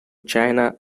china